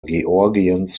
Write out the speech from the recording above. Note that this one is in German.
georgiens